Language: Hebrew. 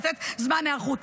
לתת זמן היערכות.